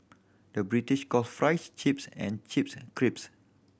the British calls fries chips and chips crisps